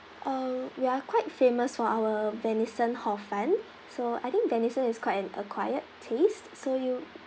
uh we are quite famous for our venison hor fun so I think venison is quite an acquired taste so you